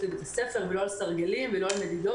לבית הספר ולא על מדידה עם סרגלים וכן הלאה.